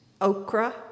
okra